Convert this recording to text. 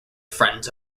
friends